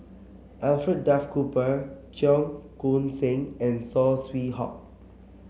Alfred Duff Cooper Cheong Koon Seng and Saw Swee Hock